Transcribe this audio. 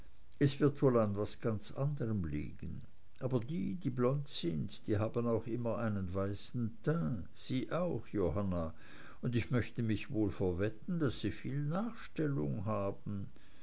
es wird wohl an was anderem liegen aber die die blond sind die haben auch immer einen weißen teint sie auch johanna und ich möchte mich wohl verwetten daß sie viel nachstellung haben